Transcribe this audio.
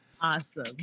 Awesome